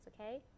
okay